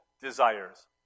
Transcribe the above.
desires